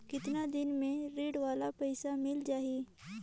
कतना दिन मे ऋण वाला पइसा मिल जाहि?